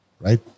right